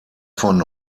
von